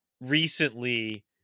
recently